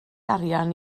arian